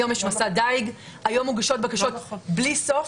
היום יש מסע דיג, היום מוגשות בקשות בלי סוף.